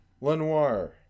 Lenoir